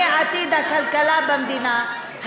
מעתיד הכלכלה במדינה,